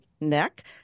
neck